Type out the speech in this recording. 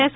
S